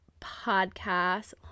podcast